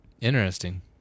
Interesting